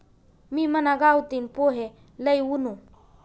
मी मना गावतीन पोहे लई वुनू